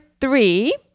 three